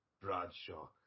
Bradshaw